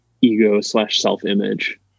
ego-slash-self-image